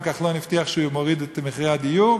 אומנם כחלון הבטיח שהוא מוריד את מחירי הדיור,